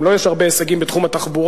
גם לו יש הרבה הישגים בתחום התחבורה,